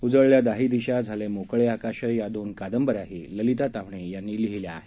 उजळल्या दाही दिशा झाले मोकळे आकाश या दोन कादंबऱ्याही ललिता ताम्हणे यांनी लिहिल्या आहेत